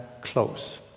close